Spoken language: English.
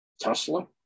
Tesla